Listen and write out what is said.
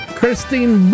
Christine